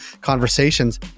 conversations